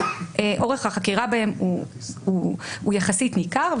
אורך החקירה בהם הוא יחסית ניכר,